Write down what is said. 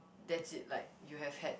that's it like you have had